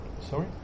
sorry